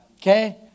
okay